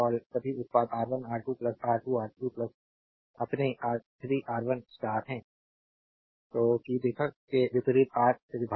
सभी उत्पाद R1 R2 R2R3 plus अपने R3R1 स्टार है कि देखा है के विपरीत आर से विभाजित है